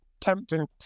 tempting